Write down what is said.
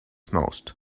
most